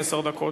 עשר דקות.